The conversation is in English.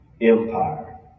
Empire